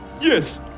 Yes